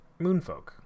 Moonfolk